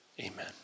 Amen